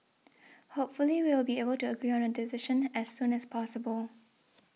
hopefully we will be able to agree on a decision as soon as possible